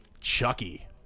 Chucky